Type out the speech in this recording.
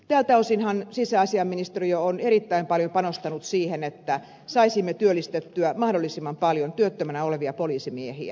tältä osinhan sisäasiainministeriö on erittäin paljon panostanut siihen että saisimme työllistettyä mahdollisimman paljon työttöminä olevia poliisimiehiä